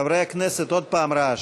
חברי הכנסת, עוד פעם רעש.